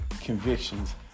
convictions